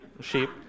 sheep